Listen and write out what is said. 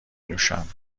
نوشم